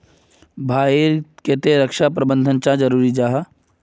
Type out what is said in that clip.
भाई ईर केते रक्षा प्रबंधन चाँ जरूरी जाहा?